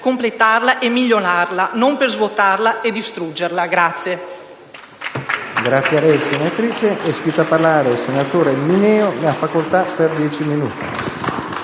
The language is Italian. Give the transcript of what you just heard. completarla e migliorarla, non per svuotarla o distruggerla.